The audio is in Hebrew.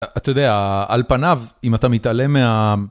אתה יודע על פניו אם אתה מתעלם מה